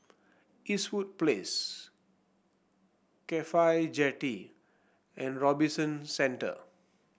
Eastwood Place CAFHI Jetty and Robinson Centre